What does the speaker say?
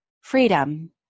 Freedom